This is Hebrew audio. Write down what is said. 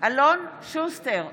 אלון שוסטר,